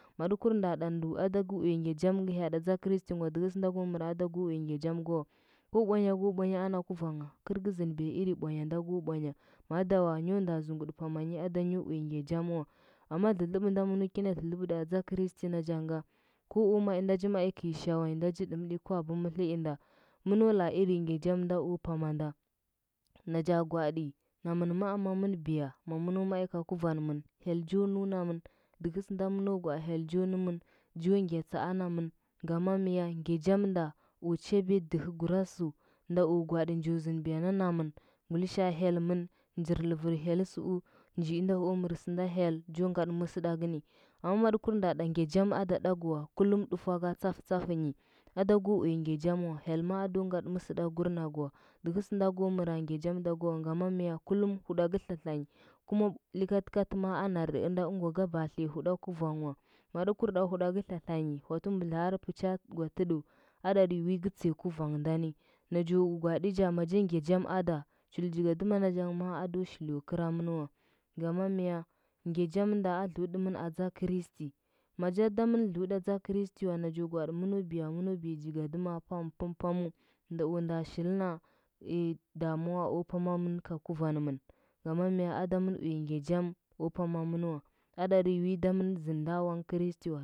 Matɚ kur nda ɗa ndu adagɚ uya ngya jam ngɚ hyaɗa tsa kristing wa dɚhɚ sɚnda go mɚra ada go uya ngya jam gwa wa ko bwanya go bwanya ana guvangha gɚr gɚ zɚndɚbuga iri bwanya nda go bwanya ma adawa nyu nda zunguɗɚ pamanyi ada nyo aya ngya jam wa amma dlɚdlɚbɚ nda mɚno gina dlɚdlɚbɗi tsa kristi najanga, go o mai nda ji mai go shawanyi nda ji ɗɚmtsi kwabɚmɚtlɚ inda mɚno laa iri ngya jamnda o pamanda naja gwaaɗi namɚn maa mamɚn biya, ma mɚno mai ga guvanmɚn hyel jo nunamɚn dɚhɚ sɚnda mɚno gwaa hyel jo nɚmɚn, jo ngya tsaa namɚn ngama mya ngya jamnde o chabiy dɚhɚgura sɚu nda o gwaaɗi njo zɚnbiya ɚnda namɚn ngulishaa hyel mɚnɚ njir lɚvɚr hyel tsuu, njinda o mɚr sɚnde hyel jo ngaɗɚ mɚsɚɗagɚni amma madɚ wur nda ɗɚngya jam ada ɗakɚ wa kullum ɗufua ga tsafatsafɚnyi ada go uya ngya jam wa hyel ma ado ngaɗɚ ntɚsɚɗaggur nagɚwa dɚhɚ sɚnda go mɚra ngya jam da gwa wa, ngama mga kullum huɗagɚ tlatlanyi kuma likatkat ma a narɗi ɚnda ɚngwa ga baa tliya huɗa gurang wa maɗɚ wurɗa huɗagɚ tlatlanyi yagɚ ngyar har pɚcha gwa tɚɗu aɗaɗi wi gɚtsiya guvang ndani najo gwaaɗɚja maja ngya jam ada chul jigadɚma najang maa ado shilo kramɚn wa ngama mya ngya jam nda a dluɗi ɗɚnmatsa kristi maja damɚn dluɗi tsa kristi wa najo gwaaɗi mɚno biya, mɚno biya jigadɚma pam pam pamu, nda o nda shi ina damuwa o pamamɚn ga guvanmɚn ngama my ada mɚn uya jam o pama mɚn wa. Aɗaɗi wi damɚn zɚndi nda